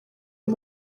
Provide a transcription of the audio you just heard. uyu